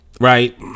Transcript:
Right